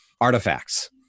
artifacts